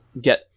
get